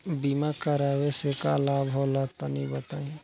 बीमा करावे से का लाभ होला तनि बताई?